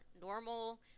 normal